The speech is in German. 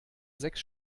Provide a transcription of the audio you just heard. sechs